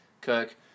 Kirk